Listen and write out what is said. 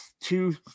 two